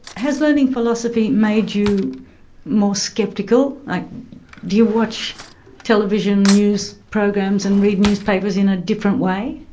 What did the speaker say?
has learning philosophy made you more sceptical? like do you watch television news programs and read newspapers in a different way?